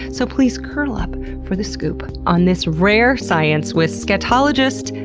so please curl up for the scoop on this rare science with scatologist,